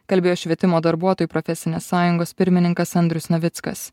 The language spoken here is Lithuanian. kalbėjo švietimo darbuotojų profesinės sąjungos pirmininkas andrius navickas